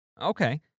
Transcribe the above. Okay